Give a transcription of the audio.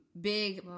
big